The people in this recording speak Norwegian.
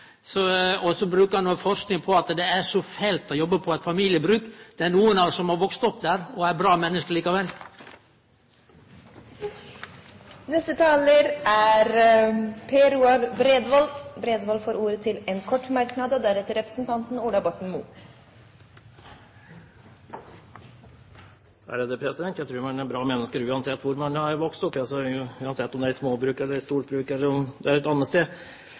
Så viser han til forsking og seier at det er fælt å jobbe på eit familiebruk. Det er nokre av oss som har vakse opp der, og som er bra menneske likevel! Per Roar Bredvold har hatt ordet to ganger tidligere og får ordet til en kort merknad, begrenset til 1 minutt. Jeg tror man er bra mennesker uansett hvor man har vokst opp, om det er på et småbruk eller et stort bruk eller om det er et annet sted.